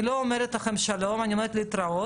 אני לא אומרת לכם שלום, אני אומרת לכם להתראות,